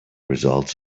results